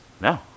No